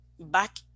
Back